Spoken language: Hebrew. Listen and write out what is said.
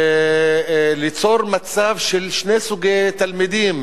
וליצור מצב של שני סוגי תלמידים,